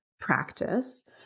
practice